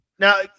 Now